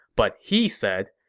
but he said,